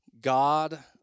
God